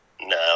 No